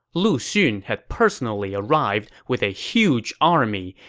lu xun had personally arrived with a huge army,